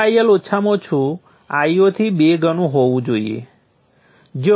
∆IL ઓછામાં ઓછું Io થી બે ગણું હોવું જોઈએ